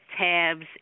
tabs